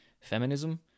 feminism